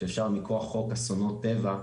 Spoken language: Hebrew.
שאפשר מכוח חוק אסונות טבע,